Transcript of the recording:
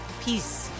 peace